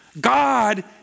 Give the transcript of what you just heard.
God